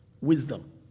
Wisdom